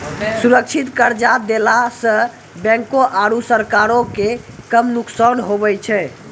सुरक्षित कर्जा देला सं बैंको आरू सरकारो के कम नुकसान हुवै छै